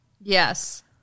Yes